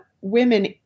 women